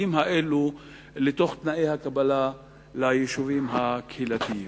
האלו לתוך תנאי הקבלה ליישובים הקהילתיים.